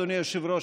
אדוני היושב-ראש,